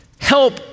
help